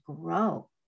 grow